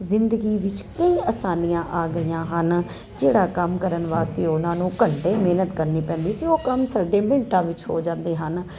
ਜ਼ਿੰਦਗੀ ਵਿੱਚ ਕਈ ਆਸਾਨੀਆਂ ਆ ਗਈਆਂ ਹਨ ਜਿਹੜਾ ਕੰਮ ਕਰਨ ਵਾਸਤੇ ਉਹਨਾਂ ਨੂੰ ਘੰਟੇ ਮਿਹਨਤ ਕਰਨੀ ਪੈਂਦੀ ਸੀ ਉਹ ਕੰਮ ਸਾਡੇ ਮਿੰਟਾਂ ਵਿੱਚ ਹੋ ਜਾਂਦੇ ਹਨ